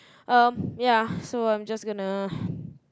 um ya so I'm just gonna